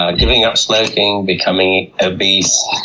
ah giving up smoking, becoming obese,